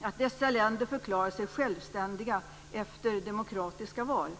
att dessa länder förklarade sig självständiga efter demokratiska val.